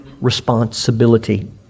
responsibility